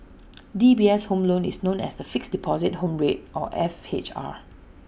DBS' home loan is known as the Fixed Deposit Home Rate or F H R